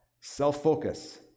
self-focus